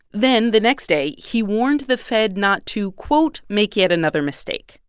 then, the next day, he warned the fed not to, quote, make yet another mistake.